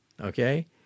Okay